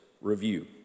review